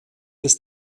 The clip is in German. bis